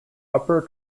upper